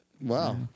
Wow